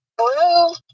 Hello